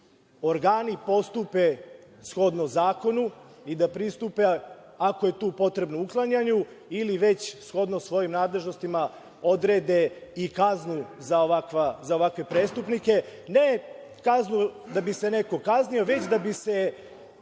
organi postupe shodno zakonu i da pristupe, ako je tu potrebno, uklanjanju, ili, već, shodno svojim nadležnostima, odrede i kaznu za ovakve prestupnike. Ne kaznu da bi se neko kaznio, već da bi se